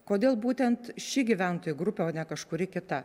kodėl būtent ši gyventojų grupė o ne kažkuri kita